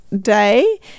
day